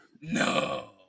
No